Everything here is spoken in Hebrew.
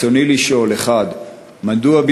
רצוני לשאול: 1. מדוע,